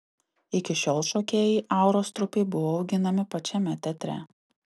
iki šiol šokėjai auros trupei buvo auginami pačiame teatre